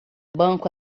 banco